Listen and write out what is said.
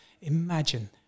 Imagine